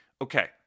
Okay